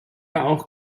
auch